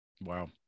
Wow